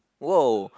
!wow!